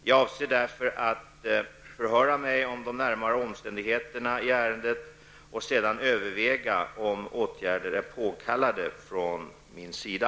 Jag avser därför att förhöra mig om de närmare omständigheterna i ärendet och sedan överväga om åtgärder är påkallade från min sida.